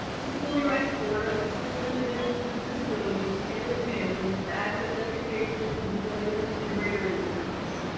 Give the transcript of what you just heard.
disability rights florida assists individuals with disabilities and their families to access education, employment, and greater independence.